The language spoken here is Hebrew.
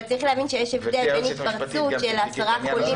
אבל צריך להבין שיש הבדל בין התפרצות של עשרה חולים,